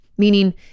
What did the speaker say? meaning